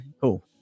cool